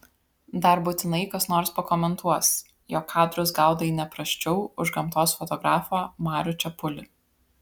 dar būtinai kas nors pakomentuos jog kadrus gaudai ne prasčiau už gamtos fotografą marių čepulį